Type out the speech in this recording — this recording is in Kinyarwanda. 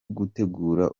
gutegura